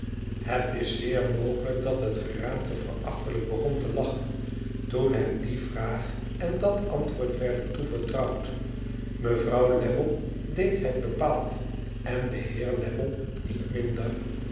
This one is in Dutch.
het is zeer mogelijk dat het geraamte verachtelijk begon te lachen toen hem die vraag en dat antwoord werden toevertrouwd mevrouw lammie deed het bepaald en de heer lammie niet minder